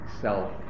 self